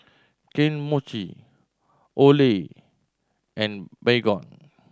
Kane Mochi Olay and Baygon